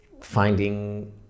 finding